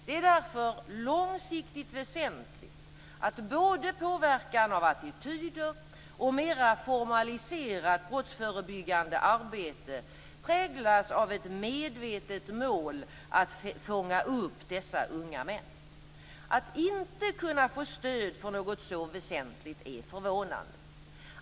Det är därför långsiktigt väsentligt att både påverkan av attityder och mera formaliserat brottsförebyggande arbete präglas av ett medvetet mål att fånga upp dessa unga män. Att inte kunna få stöd för något så väsentligt är förvånande.